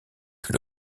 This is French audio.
que